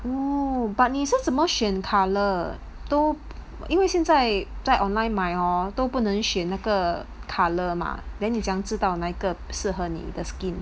oo but 你是怎么选 colour 都因为现在在 online 买 hor 都不能选那个 colour 吗 then 你怎样知道那个适合你 the skin